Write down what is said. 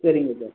சரிங்க சார்